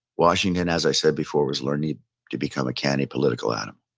washington, as i said before, was learning to become a canny political animal.